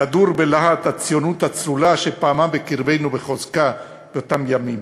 חדור בלהט הציונות הצלולה שפעמה בקרבנו בחוזקה באותם ימים,